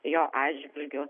jo atžvilgiu